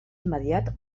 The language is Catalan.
immediat